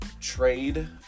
Trade